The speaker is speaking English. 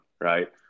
Right